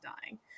dying